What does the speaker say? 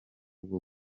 bwo